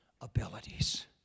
abilities